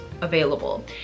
available